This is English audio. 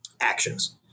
actions